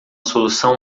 solução